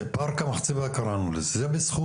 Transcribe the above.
פארק המחצבה קראנו לזה.